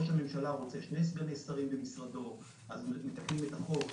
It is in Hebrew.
ראש הממשלה רוצה שני סגני שרים במשרדו אז מתקנים את החוק